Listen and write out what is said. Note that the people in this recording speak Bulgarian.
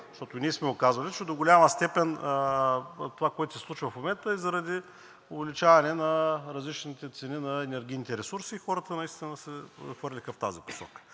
защото ние сме го казвали, защото до голяма степен това, което се случва в момента, е заради увеличаване на различните цени на енергийните ресурси и хората наистина се хвърлиха в тази посока.